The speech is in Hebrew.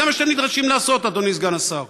זה מה שאתם נדרשים לעשות, אדוני סגן השר.